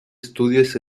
estudios